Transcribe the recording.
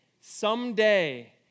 Someday